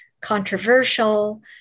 controversial